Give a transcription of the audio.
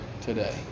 today